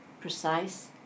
precise